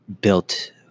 built